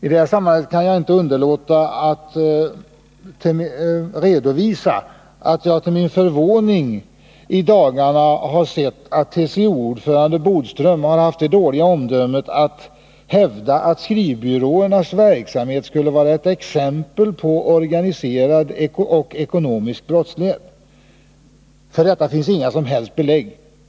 I sammanhanget kan jag inte underlåta att redovisa att jag till min förvåning i dagarna har sett att TCO-ordföranden Bodström har haft det dåliga omdömet att hävda att skrivbyråernas verksamhet skulle vara ett exempel på organiserad och ekonomisk brottslighet. För detta finns inga som helst belägg.